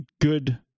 good